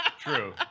True